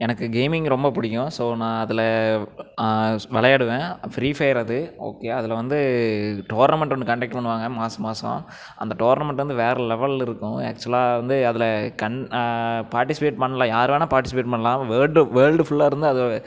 எனக்கு கேமிங்கை ரொம்ப பிடிக்கும் ஸோ நான் அதில் விளையாடுவேன் ஃப்ரீ ஃபயர் அது ஓகேயா அதில் வந்து டோர்னமெண்ட் ஒன்று கண்டக்ட் பண்ணுவாங்க மாசம் மாசம் அந்த டோர்னமெண்ட் வந்து வேறே லெவலில் இருக்கும் ஆக்ச்வலாக வந்து அதில் கண் பார்ட்டிசிபேட் பண்ணல யாரும் வேண்ணால் பார்ட்டிசிபேட் பண்ணலாம் வேல்டு ஃபுல்லாகருந்து அது